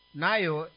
nayo